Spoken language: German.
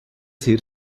sehr